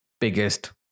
biggest